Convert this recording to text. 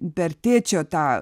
per tėčio tą